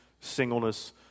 singleness